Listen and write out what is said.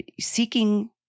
seeking